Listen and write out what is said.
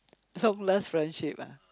friendship ah